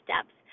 steps